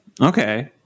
Okay